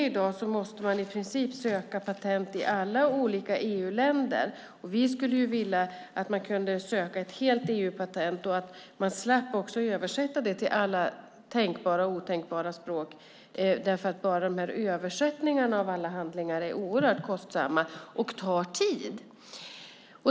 I dag måste man i princip söka patent i alla olika EU-länder, och vi skulle vilja att man kunde söka ett helt EU-patent och att man slapp översätta det till alla tänkbara och otänkbara språk - bara översättningarna av alla handlingar är oerhört kostsamma och tar tid.